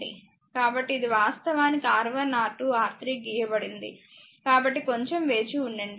కాబట్టి ఇది వాస్తవానికి R1 R2R3 గీయబడింది కాబట్టి కొంచెం వేచివుండండి